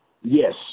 Yes